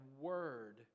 word